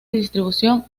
distribución